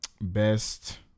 Best